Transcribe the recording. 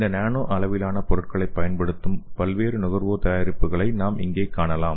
இந்த நானோ அளவிலான பொருட்களைப் பயன்படுத்தும் பல்வேறு நுகர்வோர் தயாரிப்புகளை நாம் இங்கே காணலாம்